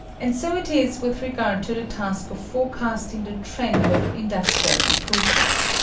and so it is with regard to the task of forecasting the trend of industrial improvement.